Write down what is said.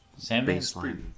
baseline